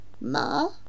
Ma